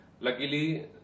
luckily